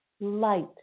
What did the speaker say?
light